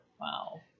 Wow